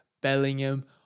Bellingham